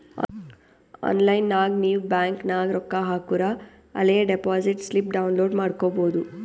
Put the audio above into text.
online ನಾಗ್ ನೀವ್ bank ನಾಗ್ ರೊಕ್ಕಾ ಹಾಕೂರ ಅಲೇ ಡೆಪೋಸಿಟ್ ಸ್ಲಿಪ್ ಡೌನ್ಲೋಡ್ ಮಾಡ್ಕೊಬೋದು